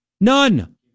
None